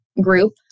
group